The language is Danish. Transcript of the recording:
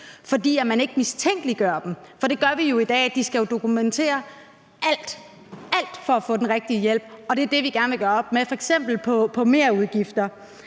fordi man ikke mistænkeliggør dem. Det gør vi jo i dag, for de skal dokumentere alt – alt! – for få den rigtige hjælp, og det er det, vi gerne vil gøre op med, f.eks. på merudgifter.